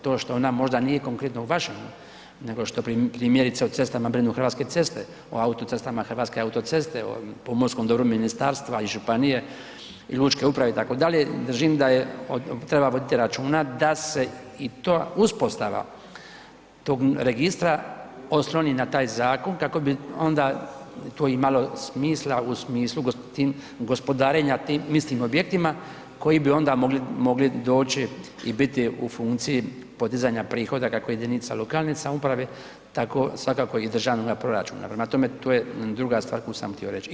To što ona možda nije konkretno u vašem, nego što primjerice o cestama brinu Hrvatske ceste, o autocestama Hrvatske autoceste, o pomorskom dobru ministarstva i županije i lučke uprave, itd., držim da je, treba voditi računa da se i to uspostava tog registra osloni na taj zakon kako bi onda to imalo smisla u smislu gospodarenja tim mislim objektima koji bi onda mogli doći i biti u funkciji podizanja prihoda, kako JLS, tako svakako i državnoga proračuna, prema tome, to je druga stvar koju sam htio reći.